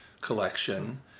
collection